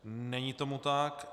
Není tomu tak.